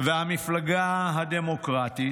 והמפלגה הדמוקרטית,